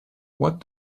what